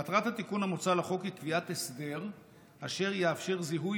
מטרת התיקון המוצע לחוק היא קביעת הסדר אשר יאפשר זיהוי